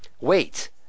Wait